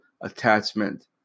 attachment